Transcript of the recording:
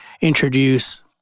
introduce